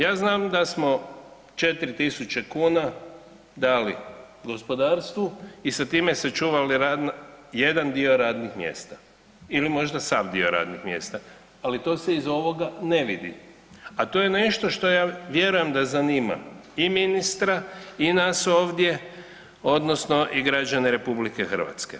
Ja znam da smo 4.000 kuna dali gospodarstvu i sa time sačuvali jedan dio radnih mjesta ili možda sav dio radnih mjesta, ali to se iz ovoga ne vidi, a to je nešto što ja vjerujem da zanima i ministra i nas ovdje odnosno i građane RH.